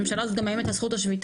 הממשלה הזאת גם מאיימת על זכות השביתה.